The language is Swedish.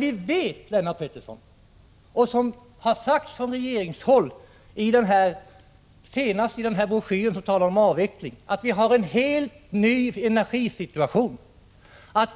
Vi vet ju, Lennart Pettersson, att vi nu har en helt ny energisituation — det har sagts också ifrån regeringshåll, senast i broschyren om avveckling. Vi har